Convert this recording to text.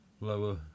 lower